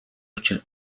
учир